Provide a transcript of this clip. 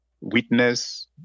witness